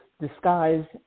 disguised